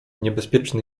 niebezpieczny